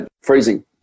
freezing